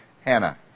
Hannah